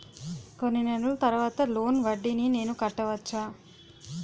కొన్ని నెలల తర్వాత లోన్ వడ్డీని నేను కట్టవచ్చా?